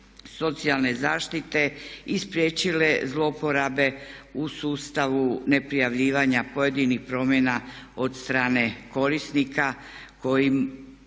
socijalne zaštite i spriječile zlouporabe u sustavu neprijavljivanja pojedinih promjena od strane korisnika kojih